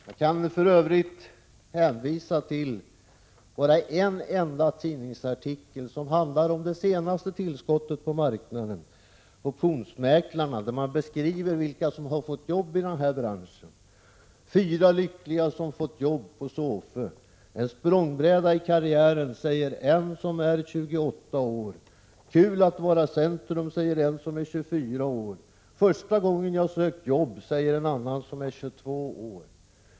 Jag kan för övrigt hänvisa till en enda tidningsartikel som handlar om det senaste tillskottet på marknaden, optionsmäklarna. Man beskriver vilka som har fått arbete i branschen. Fyra lyckliga har fått arbete på SOFE. ”En språngbräda i karriären”, säger en person som är 28 år. ”Kul att vara i centrum”, säger en som är 24 år. ”Första gången jag sökt jobb”, säger en annan som är 22 år.